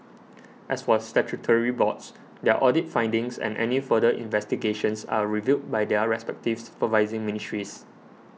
as for statutory boards their audit findings and any further investigations are reviewed by their respective supervising ministries